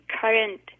current